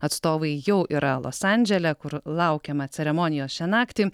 atstovai jau yra los andžele kur laukiama ceremonijos šią naktį